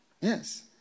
Yes